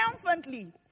triumphantly